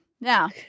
Now